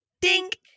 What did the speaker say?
Dink